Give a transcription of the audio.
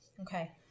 Okay